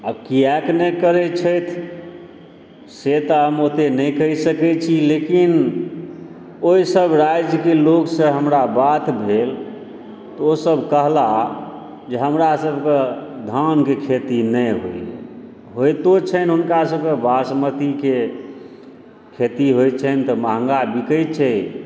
आ किआक नहि करय छथि से तऽ हम ओतय तऽ नहि कहि सकय छी लेकिन ओहिसभ राज्यके लोकसँ हमरा बात भेल ओसभ कहला जे हमरा सभके धानकेँ खेती नहि होइए होइतो छनि हुनका सभकेँ बासमतीकेँ खेती होइ छनि तऽ महग बिकय छै